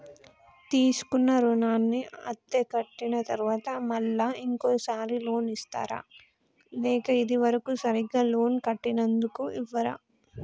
తీసుకున్న రుణాన్ని అత్తే కట్టిన తరువాత మళ్ళా ఇంకో సారి లోన్ ఇస్తారా లేక ఇది వరకు సరిగ్గా లోన్ కట్టనందుకు ఇవ్వరా?